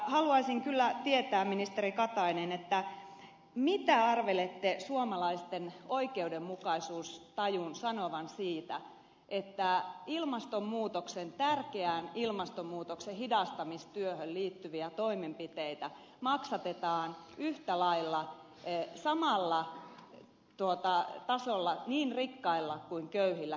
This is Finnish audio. haluaisin kyllä tietää ministeri katainen mitä arvelette suomalaisten oikeudenmukaisuustajun sanovan siitä että ilmastonmuutoksen tärkeään ilmastonmuutoksen hidastamistyöhön liittyviä toimenpiteitä maksatetaan yhtä lailla samalla tasolla niin rikkailla kuin köyhilläkin kansalaisilla